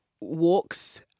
walks